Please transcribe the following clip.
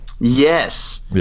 Yes